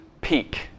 peak